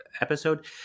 episode